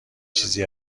چیزی